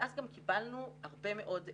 ואז גם קיבלנו הרבה מאוד פניות.